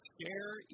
Share